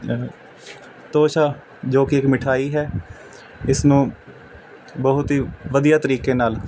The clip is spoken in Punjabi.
ਤੋਸ਼ਾ ਜੋ ਕਿ ਇੱਕ ਮਿਠਾਈ ਹੈ ਇਸ ਨੂੰ ਬਹੁਤ ਹੀ ਵਧੀਆ ਤਰੀਕੇ ਨਾਲ